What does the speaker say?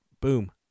boom